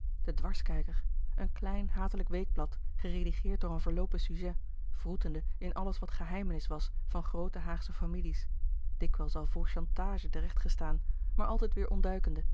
de dwarskijker een klein hatelijk weekblad geredigeerd door een verloopen sujet wroetende in alles wat geheimenis was van groote haagsche families dikwijls al voor chantage terecht gestaan maar altijd weêr ontduikende en